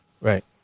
right